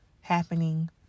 happening